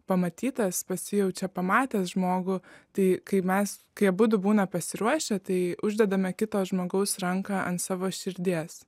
pamatytas pasijaučia pamatęs žmogų tai kai mes kai abudu būna pasiruošę tai uždedame kito žmogaus ranką ant savo širdies